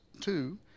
two